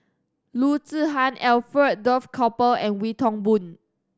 Loo Zihan Alfred Duff Cooper and Wee Toon Boon